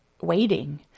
waiting